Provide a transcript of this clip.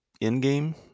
in-game